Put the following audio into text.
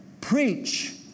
preach